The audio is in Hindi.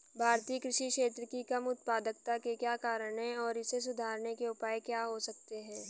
भारतीय कृषि क्षेत्र की कम उत्पादकता के क्या कारण हैं और इसे सुधारने के उपाय क्या हो सकते हैं?